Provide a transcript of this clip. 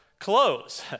clothes